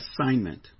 assignment